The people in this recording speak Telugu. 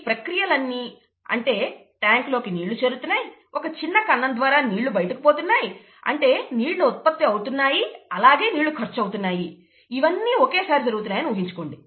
ఈ ప్రక్రియలన్నీ అంటే ట్యాంకులోకి నీళ్లు చేరుతున్నాయి ఒక చిన్న కన్నం ద్వారా నీళ్లు బయటకు పోతున్నాయి అంటే నీళ్లు ఉత్పత్తి అవుతున్నాయి అలాగే నీళ్లు ఖర్చవుతున్నాయి ఇవన్నీ ఒకే సారి జరుగుతున్నాయని ఊహించుకోండి